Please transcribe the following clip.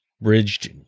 bridged